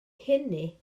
hynny